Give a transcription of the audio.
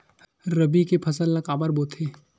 रबी के फसल ला काबर बोथे?